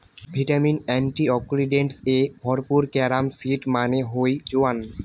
vitamin, antioxidants এ ভরপুর carom seed মানে হই জোয়ান